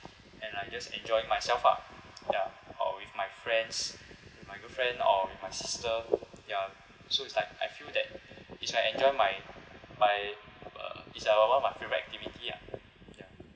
and I'm just enjoying myself ah ya or with my friends my girlfriend or with my sister ya so it's like I feel that it's like enjoy my my uh is like one of my favourite activity ah ya